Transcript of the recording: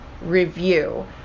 Review